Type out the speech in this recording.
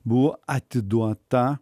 buvo atiduota